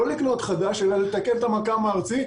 לא לקנות חדש אלא לתקן את המכ"ם הארצי,